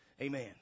Amen